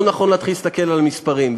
לא נכון להתחיל להסתכל על המספרים.